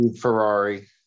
Ferrari